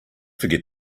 forget